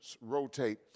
rotate